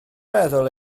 meddwl